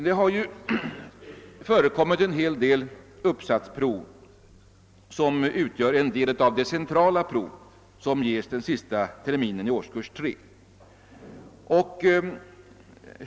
Det har förekommit en hel del uppsatsprov som utgör en del av de cen trala prov som ges den sista terminen i årskurs 3.